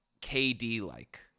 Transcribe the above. KD-like